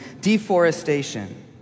deforestation